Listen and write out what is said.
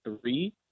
three